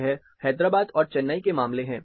यह हैदराबाद और चेन्नई के मामले है